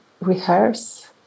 rehearse